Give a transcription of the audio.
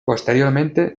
posteriormente